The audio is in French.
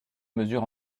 mesure